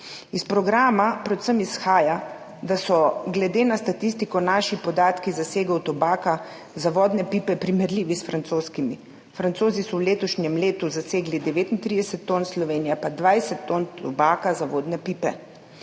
Iz programa izhaja predvsem, da so glede na statistiko naši podatki zasegov tobaka za vodne pipe primerljivi s francoskimi. Francozi so v letošnjem letu zasegli 39 ton, Slovenija pa 20 ton tobaka za vodne pipe.